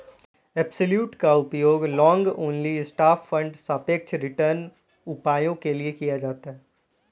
absolute का उपयोग long only stock fund सापेक्ष रिटर्न उपायों के लिए किया जाता है